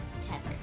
Tech